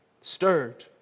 stirred